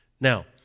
Now